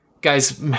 guys